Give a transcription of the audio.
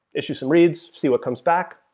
issues some reads. see what comes back.